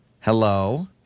Hello